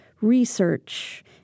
research